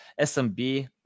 SMB